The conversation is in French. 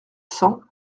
cent